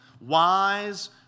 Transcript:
wise